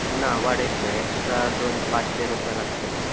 ना वाडयतले एक्श्ट्रा दोन पांचशे रुपया लागतले